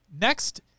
Next